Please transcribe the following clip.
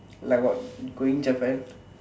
like what going Japan